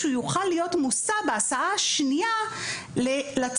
שהוא יוכל להיות מוסע בהסעה השנייה לצהרון,